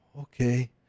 okay